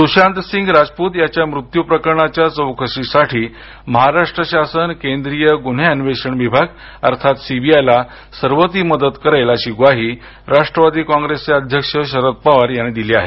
सुशांत सिंग राजपूत याच्या मृत्यू प्रकरणाच्या चौकशीसाठी महाराष्ट्र शासन केंद्रीय गुन्हे अन्वेषण विभाग अर्थात सीबीआयला सर्वती मदत करेल अशी ग्वाही राष्ट्रवादी कॉप्रेसचे अध्यक्ष शरद पवार यांनी दिली आहे